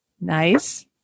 Nice